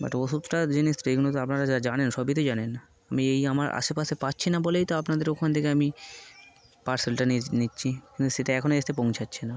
but ওষুধটা জিনিস এগুলো তো আপনারা যা জানেন সবই তো জানেন না আমি এই আমার আশেপাশে পাচ্ছি না বলেই তো আপনাদের ওখান থেকে আমি পার্সেলটা নিচ্ছি কিন্তু সেটা এখনও এসে পৌঁছাচ্ছে না